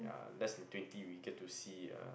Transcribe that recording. ya less in twenty we get to see uh